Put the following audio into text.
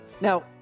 Now